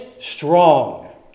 strong